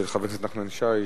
של חבר הכנסת נחמן שי,